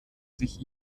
sich